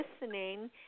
listening